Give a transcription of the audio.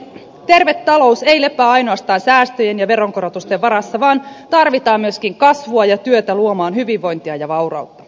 terve talous ei lepää ainoastaan säästöjen ja veronkorotusten varassa vaan tarvitaan myöskin kasvua ja työtä luomaan hyvinvointia ja vaurautta